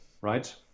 right